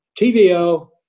TVO